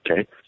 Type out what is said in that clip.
okay